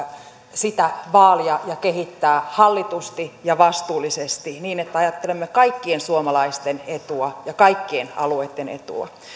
sitä vaalia ja kehittää hallitusti ja vastuullisesti niin että ajattelemme kaikkien suomalaisten etua ja kaikkien alueitten etua